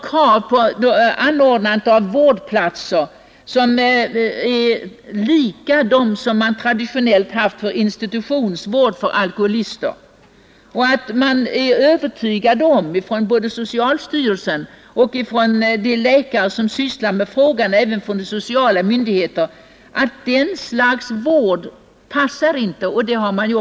Kraven är att vårdplatser för narkomaner skall vara lika dem som traditionellt funnits för institutionsvård av alkoholister. Men socialstyrelsen och de läkare som sysslar med frågan är övertygade om att den vården passar inte för narkomaner.